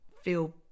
feel